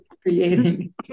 creating